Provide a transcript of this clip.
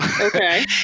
Okay